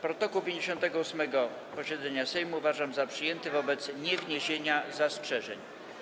Protokół 58. posiedzenia Sejmu uważam za przyjęty wobec niewniesienia zastrzeżeń.